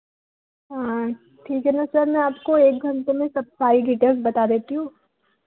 हाँ ठीक है ना सर मैं आपको एक घंटे में सब सारी डिटेल्स बता देती हूँ